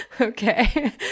Okay